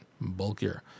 bulkier